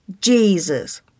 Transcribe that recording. Jesus